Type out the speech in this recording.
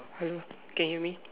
hello can hear me